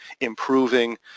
improving